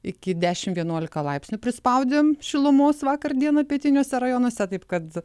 iki dešim vienuolika laipsnių prispaudėm šilumos vakar dieną pietiniuose rajonuose taip kad